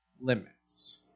limits